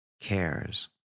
cares